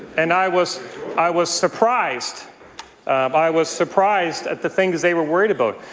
and i was i was surprised i was surprised at the things they were worried about.